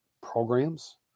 programs